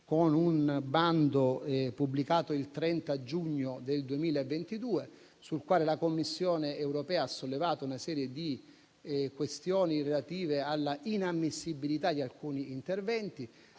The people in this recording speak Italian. Con un bando pubblicato il 30 giugno 2022, sul quale la Commissione europea ha sollevato una serie di questioni relative all'inammissibilità di alcuni interventi,